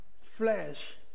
flesh